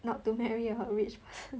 not to marry a rich person